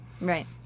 Right